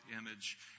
image